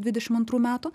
dvidešim antrų metų